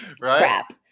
Crap